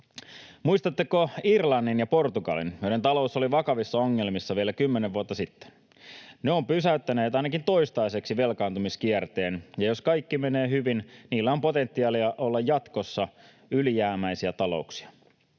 Muistatteko Irlannin ja Portugalin, joiden talous oli vakavissa ongelmissa vielä kymmenen vuotta sitten? Ne ovat pysäyttäneet ainakin toistaiseksi velkaantumiskierteen, ja jos kaikki menee hyvin, niillä on potentiaalia olla jatkossa ylijäämäisiä talouksia.